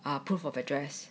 a proof of address